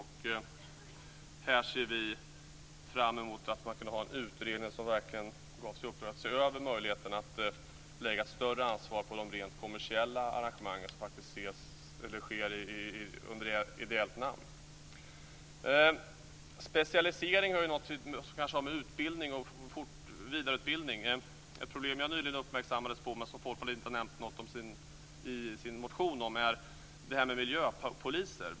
Här ser vi fram emot att kunna ha en utredning som verkligen ges i uppdrag att se över möjligheterna att lägga större ansvar på de rent kommersiella arrangemang som sker i ideellt namn. Specialisering är något som kanske har med vidareutbildning att göra. Ett problem som jag nyligen uppmärksammades på, men som Folkpartiet inte har nämnt något om i sin motion, är det här med miljöpoliser.